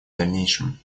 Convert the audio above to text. дальнейшем